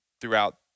throughout